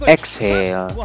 Exhale